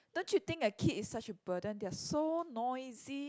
don't you think a kid is such a burden they are so noisy